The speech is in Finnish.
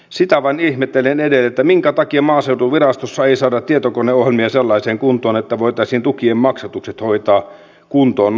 sitä vain ihmettelen edelleen minkä takia maaseutuvirastossa ei saada tietokoneohjelmia sellaiseen kuntoon että voitaisiin tukien maksatukset hoitaa kuntoon nopeasti